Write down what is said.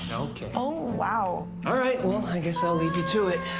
yeah okay. oh, wow. all right. well, i guess i'll leave you to it.